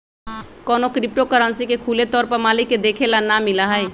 कौनो crypto currency के खुले तौर पर मालिक के देखे ला ना मिला हई